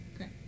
Okay